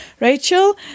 Rachel